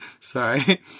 Sorry